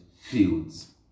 fields